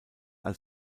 als